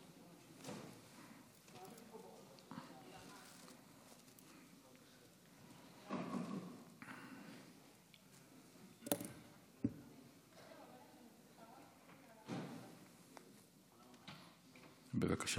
בבקשה,